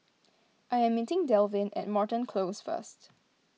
I am meeting Dalvin at Moreton Close first